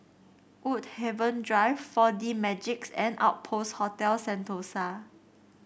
Woodhaven Drive Four D Magix and Outpost Hotel Sentosa